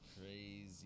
crazy